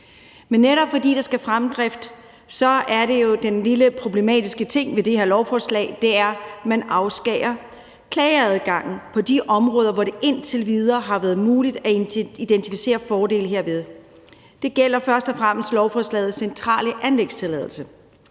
Men netop fordi der sker en fremdrift, er der jo den lille problematiske ting ved det her lovforslag, at man afskærer klageadgangen på de områder, hvor det indtil videre har været muligt at identificere fordele herved. Det gælder først og fremmest lovforslagets centrale anlægstilladelse.